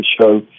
show